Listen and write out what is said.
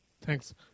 Thanks